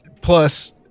plus